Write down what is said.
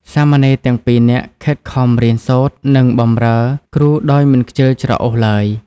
សាមណេរទាំងពីរនាក់ខិតខំរៀនសូត្រ និងបម្រើគ្រូដោយមិនខ្ជិលច្រអូសឡើយ។